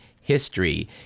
history